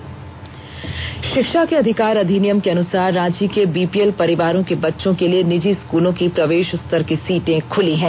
षिक्षा का अधिकार शिक्षा के अधिकार अधिनियम के अनुसार रांची के बीपीएल परिवारों के बच्चों के लिए निजी स्कूलों की प्रवेश स्तर की सीटें खुली हैं